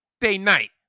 day-night